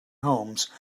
homes